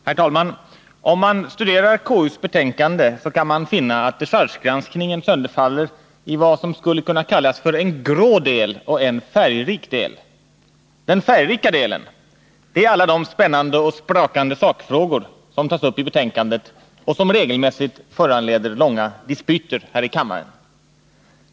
Herr talman! Om man studerar KU:s betänkande finner man att dechargegranskningen sönderfaller i vad som skulle kunna kallas för en grå del och en färgrik del. Den färgrika delen är alla de spännande och sprakande sakfrågor som tas upp i betänkandet och som regelmässigt föranleder långa dispyter här i kammaren.